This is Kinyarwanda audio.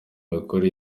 mikorere